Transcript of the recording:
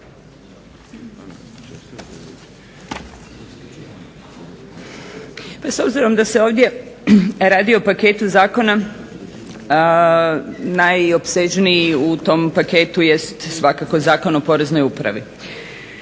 S obzirom da se ovdje radi o paketu zakona, najopsežniji u tom paketu jest svakako Zakon o Poreznoj upravi.